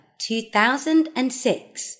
2006